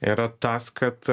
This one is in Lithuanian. yra tas kad